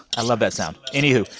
i love that sound. anywho,